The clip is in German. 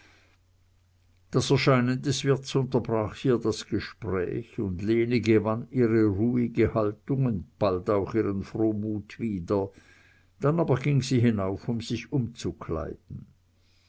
das erscheinen des wirts unterbrach hier das gespräch und lene gewann ihre ruhige haltung und bald auch ihren frohmut wieder dann aber ging sie hinauf um sich umzukleiden